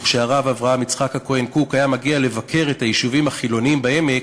וכשהרב אברהם יצחק הכהן קוק היה מגיע לבקר את היישובים החילוניים בעמק,